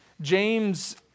James